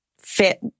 fit